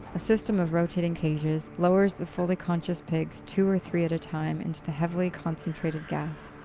a system of rotating cages lowers the fully-conscious pigs two or three at a time into the heavily concentrated gas,